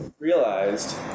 realized